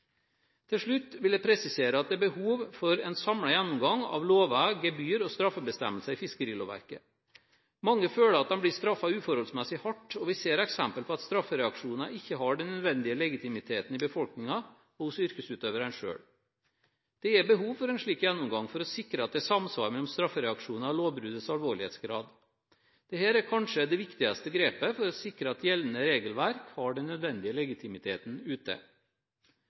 Til slutt vil jeg presisere at det er behov for en samlet gjennomgang av lover, gebyr og straffebestemmelser i fiskerilovverket. Mange føler at de blir straffet uforholdsmessig hardt, og vi ser eksempler på at straffereaksjoner ikke har den nødvendige legitimiteten i befolkningen og hos yrkesutøverne selv. Det er behov for en slik gjennomgang for å sikre at det er samsvar mellom straffereaksjoner og lovbruddets alvorlighetsgrad. Dette er kanskje det viktigste grepet for å sikre at gjeldende regelverk har den nødvendige legitimiteten ute.